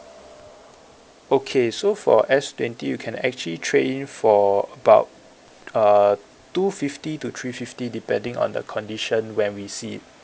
okay so for S twenty you can actually trade in for about uh two fifty to three fifty depending on the condition when we see it